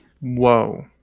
Whoa